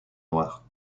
noires